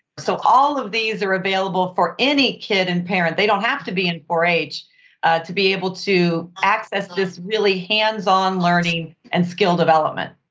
so all of these are available for any kid and parent, they don't have to be in four h to be able to access this really hands-on learning and skill development.